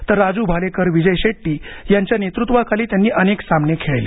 तर राजू भालेकर विजय शेट्टी यांच्या नेतृत्वाखाली त्यांनी अनेक सामने खेळले